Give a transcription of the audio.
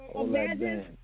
Imagine